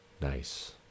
nice